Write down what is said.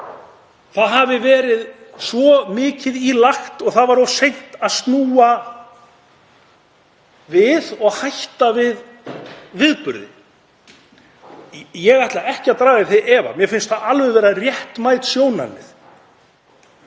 það hafi verið svo mikið í lagt og það var of seint að snúa við og hætta við viðburðinn. Ég ætla ekki að draga það í efa, mér finnst það alveg vera réttmætt sjónarmið,